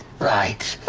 right.